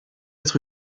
être